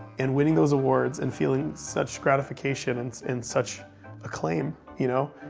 and winning those awards and feeling such gratification and and such claim, you know,